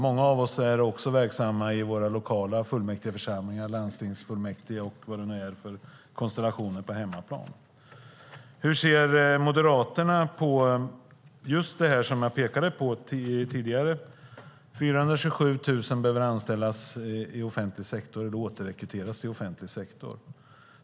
Många av oss är verksamma i våra lokala fullmäktigeförsamlingar, landstingsfullmäktige och vad det nu är, på hemmaplan. Hur ser Moderaterna på det som jag pekade på tidigare, att 427 000 behöver anställas eller återrekryteras i offentlig sektor?